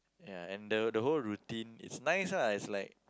ya and the whole routine is nice lah as like